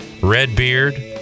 Redbeard